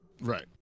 Right